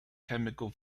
chemical